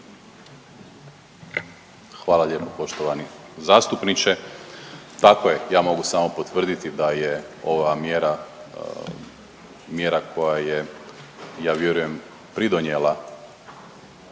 Hvala lijepo poštovani zastupniče. Tako je, ja mogu samo potvrditi da je ova mjera, mjera koja je ja vjerujem pridonijela